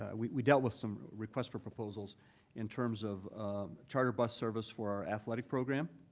ah we we dealt with some requests for proposals in terms of charter bus service for our athletic program.